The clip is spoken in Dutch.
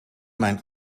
mijn